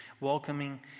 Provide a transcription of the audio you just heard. welcoming